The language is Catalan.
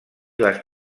les